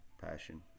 passion